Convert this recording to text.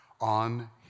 on